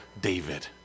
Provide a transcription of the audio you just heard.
David